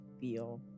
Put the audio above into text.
feel